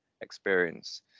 experience